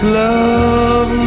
love